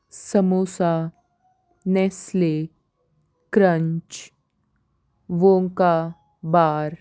samosa Nestle Crunch Wonka bar